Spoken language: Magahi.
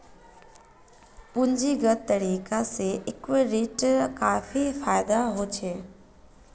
पूंजीगत तरीका से इक्विटीर काफी फायेदा होछे